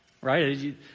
Right